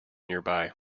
nearby